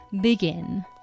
begin